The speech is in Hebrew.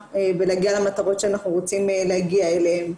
ושיהיה בסדר,